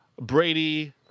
Brady